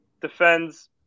Defends –